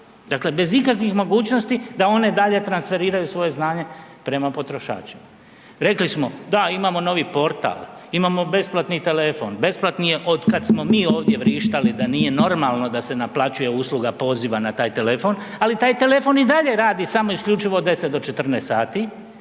dakle bez ikakvih mogućnosti da one dalje transferiraju svoje znanje prema potrošačima. Rekli smo, da imamo novi portal, imamo besplatni telefon. Besplatni je od kada smo mi ovdje vrištali da nije normalno da se naplaćuje usluga poziva na taj telefon, ali taj telefon i dalje radi samo isključivo od 10 do 14 sati,